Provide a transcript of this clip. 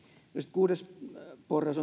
kuudes porras